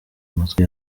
matwi